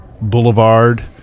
Boulevard